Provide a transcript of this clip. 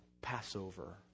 Passover